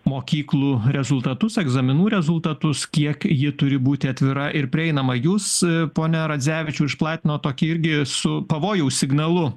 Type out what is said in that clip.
mokyklų rezultatus egzaminų rezultatus kiek ji turi būti atvira ir prieinama jūs pone radzevičiau išplatinot tokį irgi su pavojaus signalu